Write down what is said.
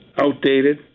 outdated